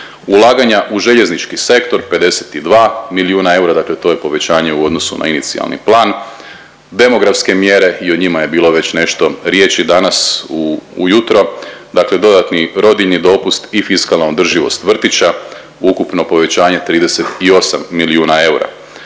Ulaganja u željeznički sektor 52 milijuna eura dakle to je povećanje u odnosu na inicijalni plan. Demografske mjere, i o njima je bilo već nešto riječi danas ujutro, dakle dodatni rodiljni dopust i fiskalna održivost vrtića ukupno povećanje 38 milijuna eura.